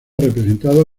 representado